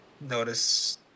notice